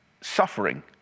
suffering